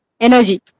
energy